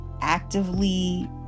actively